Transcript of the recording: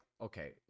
okay